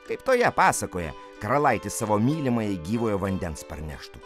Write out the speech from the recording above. kaip toje pasakoje karalaitis savo mylimajai gyvojo vandens parneštų